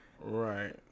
Right